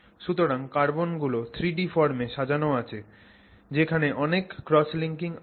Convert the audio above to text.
সুতরাং কার্বনগুলো 3 D ফর্মে সাজানো আছে যেখানে অনেক ক্রস লিঙ্কিং আছে